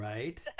Right